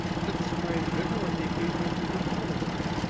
to the surprise of everyone they occasionally take up with one another.